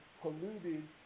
polluted